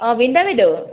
অঁ বিনিতা বাইদেউ